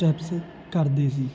steps ਕਰਦੇ ਸੀ